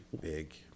big